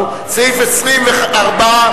סעיף 24,